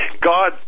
God